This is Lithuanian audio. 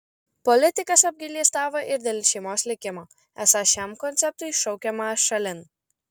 politikas apgailestavo ir dėl šeimos likimo esą šiam konceptui šaukiama šalin